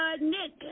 Nick